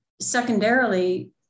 Secondarily